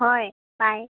হয় পায়